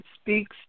speaks